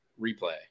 replay